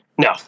No